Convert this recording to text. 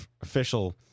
official